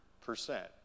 percent